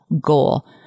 goal